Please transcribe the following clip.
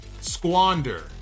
squander